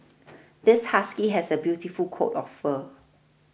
this husky has a beautiful coat of fur